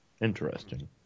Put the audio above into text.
Interesting